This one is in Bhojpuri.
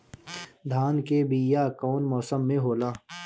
धान के बीया कौन मौसम में होला?